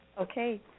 Okay